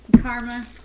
karma